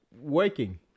working